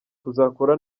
kuzakora